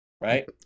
right